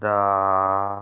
ਦਾ